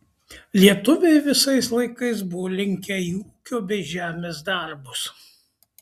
lietuviai visais laikais buvo linkę į ūkio bei žemės darbus